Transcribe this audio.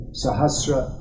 sahasra